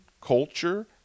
culture